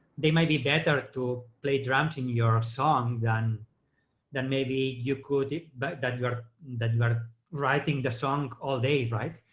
they might be better to play drums in your song than than maybe you could, but that you're that you are writing the song all day, right,